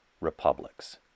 republics